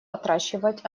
отращивать